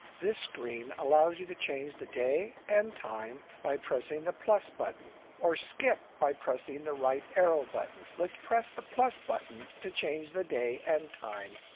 this screen allows you to change the day and time by pressing the plus button or skip by pressing the right arrow button. let's press the plus button to change the day and time.